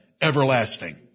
everlasting